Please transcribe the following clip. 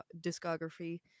discography